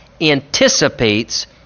anticipates